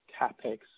CAPEX